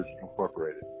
Incorporated